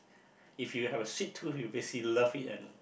if you have a sweet tooth you will basically love it and